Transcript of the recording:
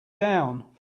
down